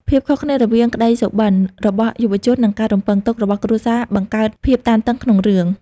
ភាពខុសគ្នារវាងក្តីសុបិន របស់យុវជននិងការរំពឹងទុករបស់គ្រួសារបង្កើតភាពតានតឹងក្នុងរឿង។